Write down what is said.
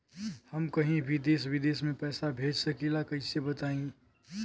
हम कहीं भी देश विदेश में पैसा भेज सकीला कईसे बताई?